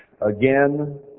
again